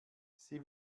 sie